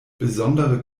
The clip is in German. besondere